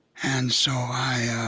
and so i yeah